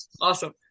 Awesome